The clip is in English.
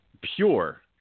pure